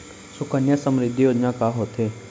सुकन्या समृद्धि योजना का होथे